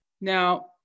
Now